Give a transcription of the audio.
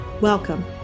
Welcome